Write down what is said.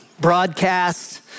broadcast